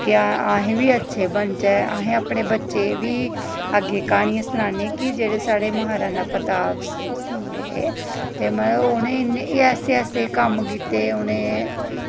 क्या अस बी अच्छे बनचै अस अपने बच्चे बी अग्गें क्हानियां सनाने कि जेह्ड़े साढ़े महाराणा प्रताप सिंह हे ते मतलब उ'नें ऐसे ऐसे कम्म कीते दे उ'नें